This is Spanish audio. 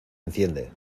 enciende